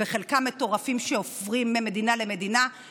הרבה יותר קשה אם אנחנו משווים אותו למעבר של תלמידים מערי לוויין